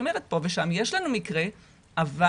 פה ושם יש לנו מקרה אבל